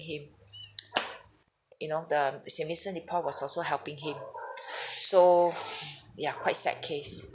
him you know the was also helping him so yeah quite sad case